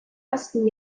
ersten